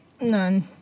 None